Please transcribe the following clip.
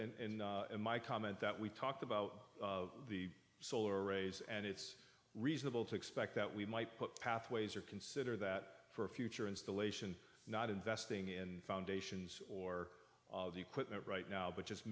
in my comment that we talked about the solar arrays and it's reasonable to expect that we might put pathways or consider that for a future installation not investing in foundations or equipment right now but just